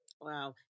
Wow